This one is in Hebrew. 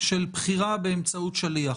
של בחירה באמצעות שליח.